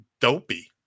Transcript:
dopey